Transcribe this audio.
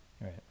right